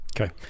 Okay